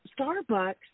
Starbucks